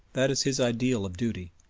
that is his ideal of duty,